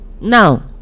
Now